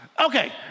okay